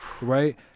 right